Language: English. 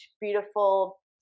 beautiful